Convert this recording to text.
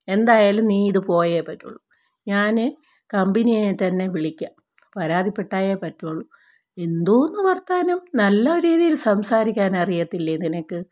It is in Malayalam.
എന്തായാലും നീ ഇതു പോയേ പറ്റുകയുള്ളൂ ഞാൻ കമ്പനിയെ തന്നെ വിളിക്കാം പരാതിപ്പെട്ടാലെ പറ്റുകയുള്ളു എന്തോന്ന് വർത്താനം നല്ല രീതിയിൽ സംസാരിക്കാനറിയത്തില്ലേ നിനക്ക്